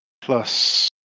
Plus